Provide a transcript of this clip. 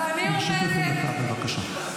תמשיכי את הדקה, בבקשה.